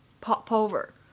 popover